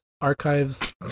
Archives